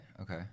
Okay